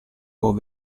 vos